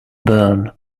burn